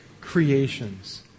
creations